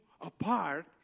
apart